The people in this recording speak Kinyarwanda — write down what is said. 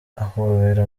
ahobera